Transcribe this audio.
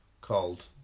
called